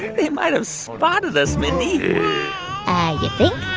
they might have spotted us, mindy you think?